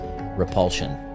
Repulsion